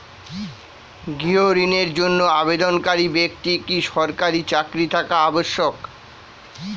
গৃহ ঋণের জন্য আবেদনকারী ব্যক্তি কি সরকারি চাকরি থাকা আবশ্যক?